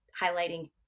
highlighting